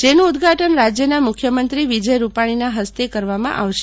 જેનું ઉદ્વાટન રાજ્યના મુખ્યમંત્રી વિજય રૂપાણીના હસ્તે કરવામાં આવશે